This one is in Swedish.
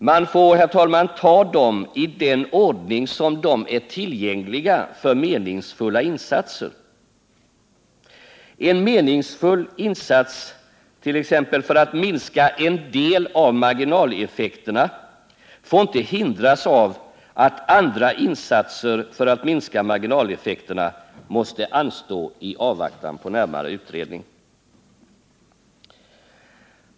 Man får, herr talman, ta dem iden ordning som de är tillgängliga för meningsfulla insatser. En meningsfull insats t.ex. för att minska en del av marginaleffekterna får inte hindras av att andra insatser för att minska marginaleffekterna måste anstå i avvaktan på närmare utredning.